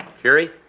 Curie